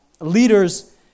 leaders